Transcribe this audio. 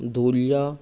Dhulia